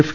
F